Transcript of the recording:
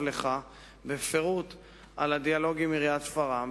לך בפירוט על הדיאלוג עם עיריית שפרעם,